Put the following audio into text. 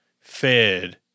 fed